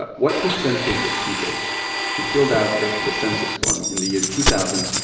but what percentage of people who filled out the the census form in the year two thousand,